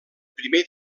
primer